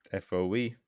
FOE